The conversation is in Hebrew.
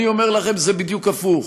אני אומר לכם שזה בדיוק הפוך.